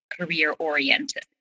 career-oriented